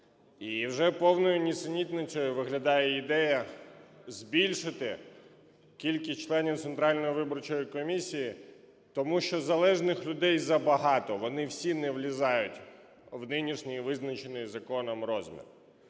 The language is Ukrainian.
І вже повною нісенітницею виглядає ідея збільшити кількість членів Центральної виборчої комісії, тому що залежних людей забагато, вони всі не влізають в нинішній, визначений законом, розмір.